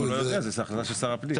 הוא לא יודע, זו החלטה של שר הפנים.